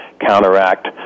counteract